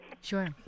Sure